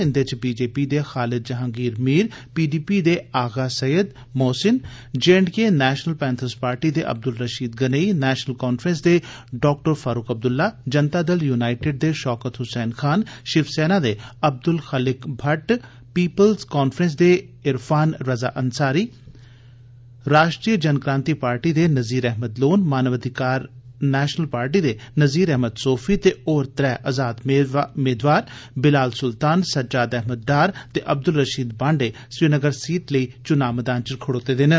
इंदे च बीजेपी दे खालिद जहांगीर मीर पीडीपी दे Agha Syed Mohsin J and K National Panthers Party दे अब्दुल रशीद गनेई नेशनल कांफ्रेंस दे डाक्टर फारूक अब्दुल्ला जनता दल युनाईटेड दे शौकत हुसैन खान शिवसेना दे अब्दुल खालिक भट्ट पीपुल्स कांफ्रेंस दे इरफान रज़ा अंसारी राष्ट्री जनक्रांति पार्टी दे नज़ीर अहमद लोन मानवाधिकार नेशनल पार्टी दे नज़ीर अहमद सोफी ते होर त्रै आजाद मेदवार बिलाल सुल्तान सज्जाद अहमद डार ते अब्दुल रशीद बांडे श्रीनगर सीट लेई चुनां मैदान च खड़ोते दे न